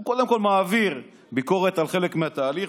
הוא קודם כול מעביר ביקורת על חלק מהתהליך,